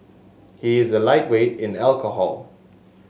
he is a lightweight in alcohol